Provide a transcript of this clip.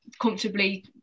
comfortably